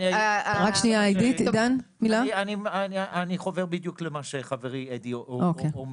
אני חובר בדיוק למה שחברי אדי אומר,